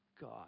God